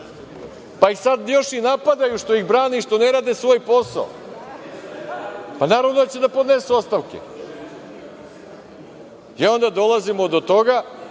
pa ih sad još i napadaju što ih brane i što ne rade svoj posao, pa naravno da će da podnesu ostavke. Onda dolazimo do toga